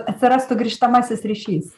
atsirastų grįžtamasis ryšys